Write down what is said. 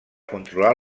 controlar